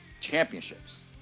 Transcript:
championships